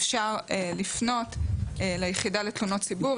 אפשר לפנות ליחידה לתלונות הציבור,